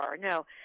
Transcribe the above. No